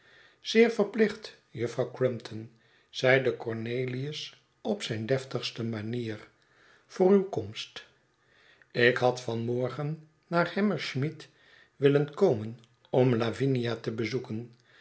zeer verplicht juffrouw crumpton zeide cornelius op zijn deftigste manier voor uw komst ik had van morgen naar hammersmith willen komen om lavinia te bezoeken